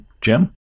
Jim